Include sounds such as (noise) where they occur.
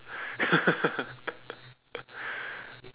(laughs)